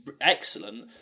excellent